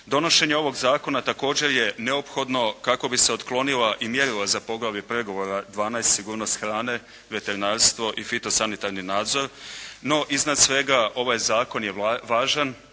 Donošenje ovog zakona također je neophodno kako bi se otklonila i mjerila za poglavlje pregovora 12. – Sigurnost hrane, veterinarstvo i fito sanitarni nadzor, no iznad svega ovaj zakon je važan